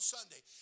Sunday